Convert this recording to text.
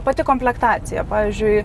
pati komplektacija pavyzdžiui